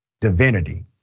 divinity